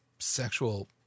Sexual